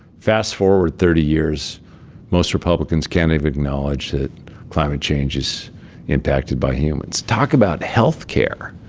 fast forward thirty years most republicans can't even acknowledge that climate change is impacted by humans. talk about health care,